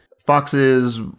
Foxes